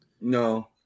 No